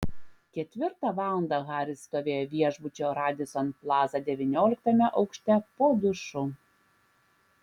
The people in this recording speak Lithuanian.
ketvirtą valandą haris stovėjo viešbučio radisson plaza devynioliktame aukšte po dušu